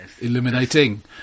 Illuminating